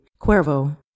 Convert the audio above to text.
Cuervo